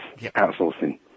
outsourcing